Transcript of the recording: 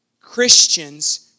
Christians